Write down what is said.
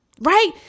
Right